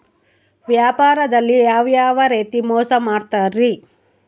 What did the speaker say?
ವ್ಯಾಪಾರದಲ್ಲಿ ಯಾವ್ಯಾವ ರೇತಿ ಮೋಸ ಮಾಡ್ತಾರ್ರಿ?